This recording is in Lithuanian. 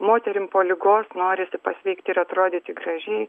moterim po ligos norisi pasveikti ir atrodyti gražiai